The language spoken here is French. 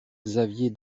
xavier